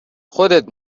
خودت